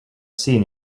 seen